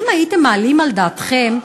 האם הייתם מעלים על דעתכם,